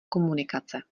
komunikace